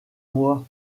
moi